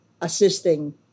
assisting